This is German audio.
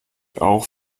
auch